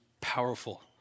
powerful